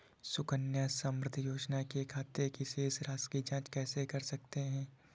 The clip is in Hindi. सुकन्या समृद्धि योजना के खाते की शेष राशि की जाँच कैसे कर सकते हैं?